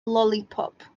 lollipop